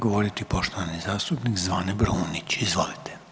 govoriti poštovani zastupnik Zvane Brumnić, izvolite.